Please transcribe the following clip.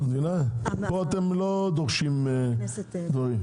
פה אתם לא דורשים דברים.